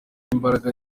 imbaraga